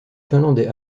finlandais